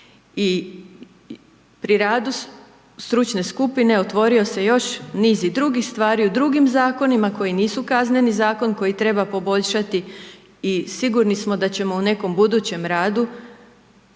Pri radu stručne skupine otvorio se još niz i drugih stvari o drugim Zakonima koji nisu kazneni Zakon, koji treba poboljšati i sigurni smo da ćemo u nekom budućem radu